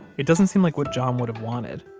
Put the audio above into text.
it doesn't seem like what john would have wanted.